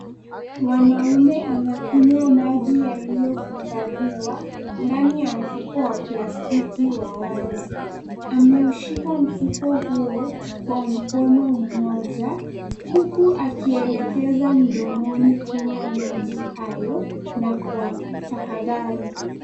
Mwanamume anakunywa maji yaliyohifadhiwa ndani ya mfuko wa plastiki wa wazi. Ameushika mfuko huo kwa mkono mmoja huku akielekeza mdomoni kunywa maji hayo na kwa tahadhari.